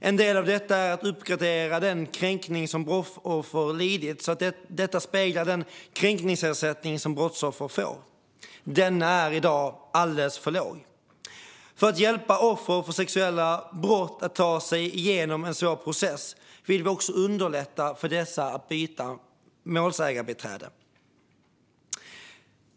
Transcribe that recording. En del av detta är att uppgradera den kränkning som brottsoffret lidit så att detta speglas av den kränkningsersättning som brottsoffret får. Denna är i dag alldeles för låg. För att hjälpa offer för sexualbrott att ta sig igenom en svår process vill vi också underlätta för dessa att byta målsägarbiträde.